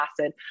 acid